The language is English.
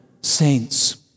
saints